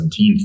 17th